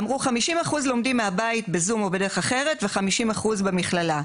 אמרו חמישים אחוז לומדים מהבית בזום או בדרך אחרת וחמישים אחוז במכללה,